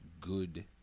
good